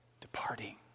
Departing